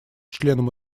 членом